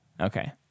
Okay